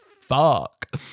Fuck